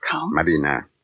Marina